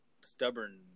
stubborn